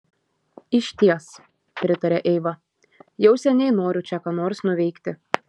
išties pritarė eiva jau seniai noriu čia ką nors nuveikti